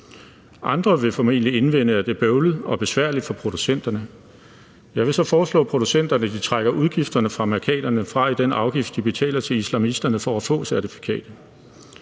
Andre vil formentlig indvende, at det er bøvlet og besværligt for producenterne. Jeg vil så foreslå producenterne, at de trækker udgifterne fra mærkaterne fra i den afgift, de betaler til islamisterne for at få certifikatet.